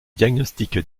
diagnostics